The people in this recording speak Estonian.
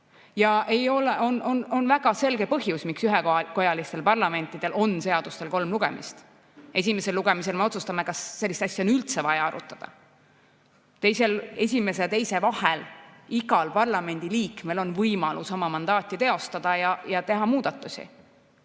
On väga selge põhjus, miks ühekojalistel parlamentidel on seaduste menetlemisel kolm lugemist. Esimesel lugemisel me otsustame, kas sellist asja on üldse vaja arutada. Esimese ja teise vahel on igal parlamendiliikmel võimalus oma mandaati teostada ja teha muudatusi.